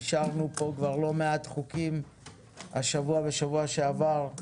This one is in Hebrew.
אישרנו פה כבר לא מעט חוקים השבוע ובשבוע שעבר,